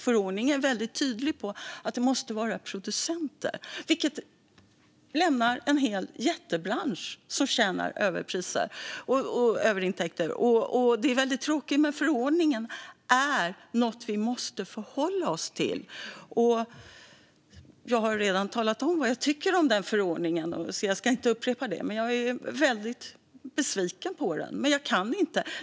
Förordningen är tydlig med att det måste vara fråga om producenter, vilket innebär en hel jättebransch som tar in överintäkter. Det är tråkigt, men förordningen är något vi måste förhålla oss till. Jag har redan talat om vad jag tycker om förordningen, så jag ska inte upprepa det, men jag är besviken.